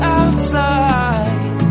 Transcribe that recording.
outside